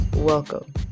Welcome